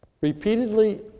Repeatedly